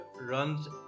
runs